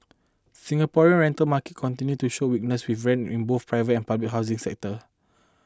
Singaporean rental market continued to show weakness with rents in both private and public housing segments